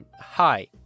hi